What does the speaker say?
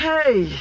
Hey